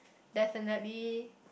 definitely